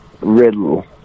Riddle